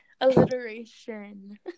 Alliteration